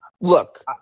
look